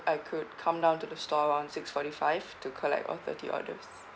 I could come down to the store around six forty five to collect all thirty orders